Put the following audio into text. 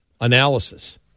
analysis